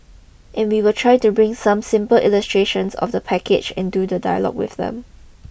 and we will try to bring some simple illustrations of the package and do the dialogue with them